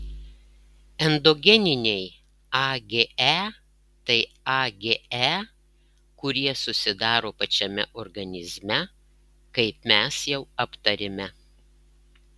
endogeniniai age tai age kurie susidaro pačiame organizme kaip mes jau aptarėme